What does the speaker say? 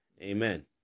Amen